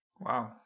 Wow